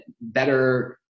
better